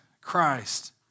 Christ